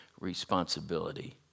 responsibility